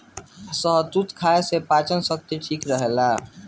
शहतूत खाए से पाचन शक्ति ठीक रहेला